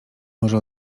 może